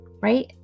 Right